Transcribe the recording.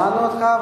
שמענו אותך.